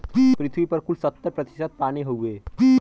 पृथ्वी पर कुल सत्तर प्रतिशत पानी हउवे